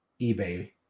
eBay